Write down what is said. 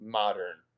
modern